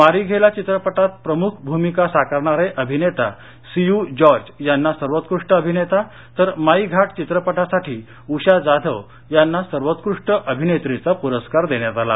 Marighella चित्रपटात प्रमुख भूमिका साकारणारे अभिनेता सीयू जॉर्ज यांना सर्वोत्कृष्ट अभिनेता तर माई घाट चित्रपटासाठी ऊषा जाधव यांना सर्वोत्कृष्ट अभिनेत्रीचा पुरस्कार देण्यात आला